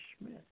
Schmidt